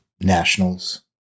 Nationals